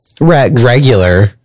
regular